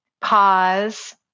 pause